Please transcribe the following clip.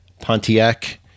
Pontiac